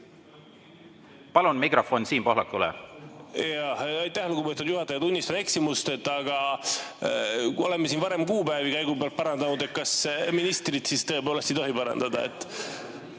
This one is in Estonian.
Palun mikrofon Siim Pohlakule! Aitäh, lugupeetud juhataja! Tunnistan eksimust. Aga oleme siin varem kuupäevi käigu pealt parandanud, kas ministrit siis tõepoolest ei tohi parandada?